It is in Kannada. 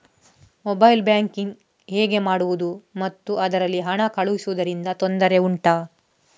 ಮೊಬೈಲ್ ಬ್ಯಾಂಕಿಂಗ್ ಹೇಗೆ ಮಾಡುವುದು ಮತ್ತು ಅದರಲ್ಲಿ ಹಣ ಕಳುಹಿಸೂದರಿಂದ ತೊಂದರೆ ಉಂಟಾ